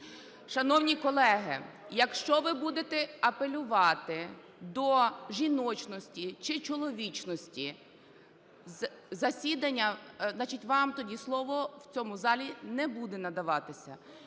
Шановні колеги, якщо ви будете апелювати до жіночності чи чоловічності засідання, значить, вам тоді слово в цьому залі не буде надаватися,